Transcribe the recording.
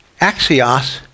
Axios